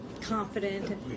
confident